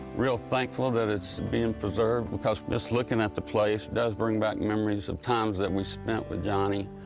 real thankful that it's being preserved, because just looking at the place does bring back memories of times that we spent with johnny,